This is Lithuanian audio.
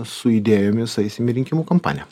su idėjomis eisim į rinkimų kampaniją